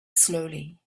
slowly